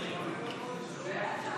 לא נתקבלה.